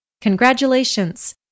Congratulations